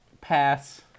pass